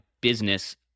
business